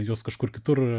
juos kažkur kitur